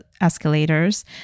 escalators